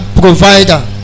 provider